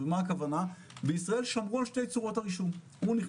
מה הכוונה בישראל שמרו על שתי צורות הרישום.